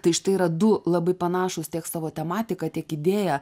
tai štai yra du labai panašūs tiek savo tematika tiek idėja